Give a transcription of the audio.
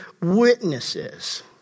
witnesses